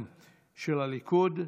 של הליכוד.